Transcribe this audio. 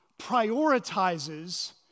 prioritizes